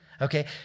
Okay